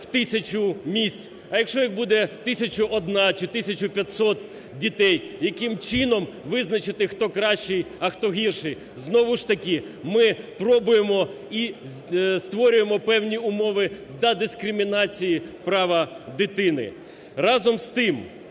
в тисячу місць, а якщо їх буде тисячу одна чи тисячу 500 дітей, яким чином визначити, хто кращий, а хто гірший. Знову ж таки ми пробуємо і створюємо певні умови для дискримінації права дитини. Разом з тим,